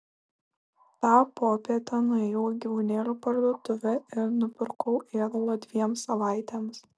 tą popietę nuėjau į gyvūnėlių parduotuvę ir nupirkau ėdalo dviem savaitėms